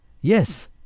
Yes